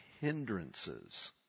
hindrances